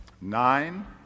Nine